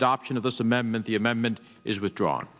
adoption of this amendment the amendment is withdrawn